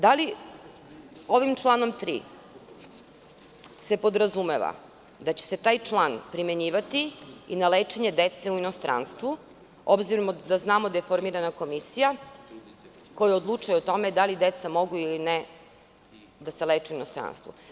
Da li ovim članom 3. se podrazumeva da će se taj član primenjivati i na lečenje dece u inostranstvu, obzirom da znamo da je formirana komisija koja odlučuje o tome da li deca mogu ili ne da se leče u inostranstvu?